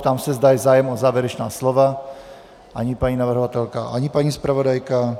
Ptám se, zda je zájem o závěrečná slova ani paní navrhovatelka, ani paní zpravodajka.